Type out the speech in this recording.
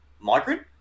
migrant